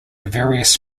various